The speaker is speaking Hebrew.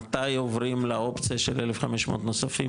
מתי עוברים לאופציה של 1,500 נוספים,